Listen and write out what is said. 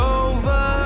over